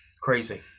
Crazy